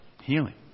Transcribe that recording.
Healing